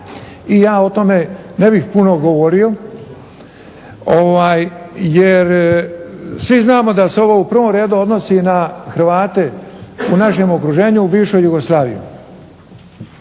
i ja o tome ne bih puno govorio. Jer svi znamo da se ovo u prvom redu odnosi na Hrvate u našem okruženju u bivšoj Jugoslaviji.